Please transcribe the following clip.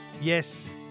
yes